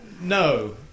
no